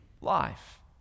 life